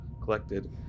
collected